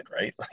right